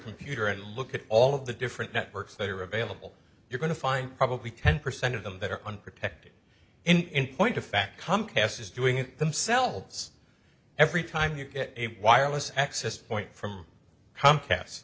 computer and look at all of the different networks that are available you're going to find probably ten percent of them that are unprotected in point of fact comcast is doing it themselves every time you get a wireless access point from